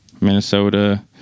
Minnesota